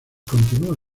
continúa